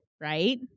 right